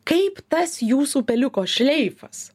kaip tas jūsų peliuko šleifas